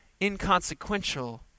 inconsequential